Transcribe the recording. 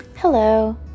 hello